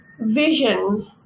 vision